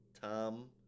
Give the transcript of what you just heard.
Tom